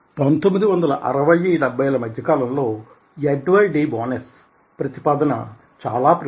1960 70 మధ్యకాలం లో Edward de Bono's ప్రతిపాదన చాలా ప్రసిద్ధిచెందినది